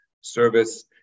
service